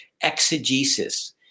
exegesis